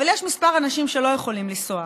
אבל יש כמה אנשים שלא יכולים לנסוע,